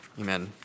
Amen